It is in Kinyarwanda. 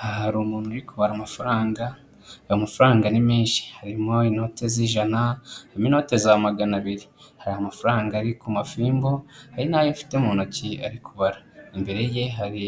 Aha hari umuntu uri kubara amafaranga aya mafaranga ni menshi harimo inoti z'ijana, harimo n'inote za magana abiri, hari amafaranga ari ku mafimbo hari nayo afite mu ntoki ari kubara, imbere ye hari